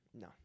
No